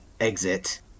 exit